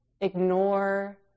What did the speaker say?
ignore